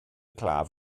claf